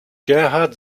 gerhard